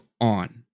on